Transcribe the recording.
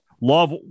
Love